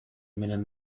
менен